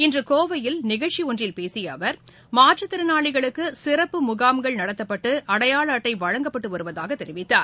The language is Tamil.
இன்று கோவையில் நிகழ்ச்சி ஒன்றில் பேசிய அவர் மாற்றுத்திறனாளிகளுக்கு சிறப்பு முகாம்கள் நடத்தப்பட்டு அடையாள அட்டை வழங்கப்பட்டு வருவதாக தெரிவித்தார்